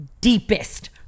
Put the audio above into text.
deepest